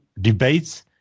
debates